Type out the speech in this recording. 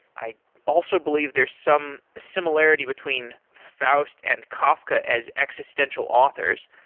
i also believe there's some similarity between faust and kafka as existential authors,